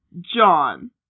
John